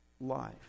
life